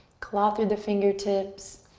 claw through the fingertips.